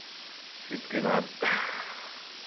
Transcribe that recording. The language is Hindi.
फिर इसके बाद